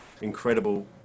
incredible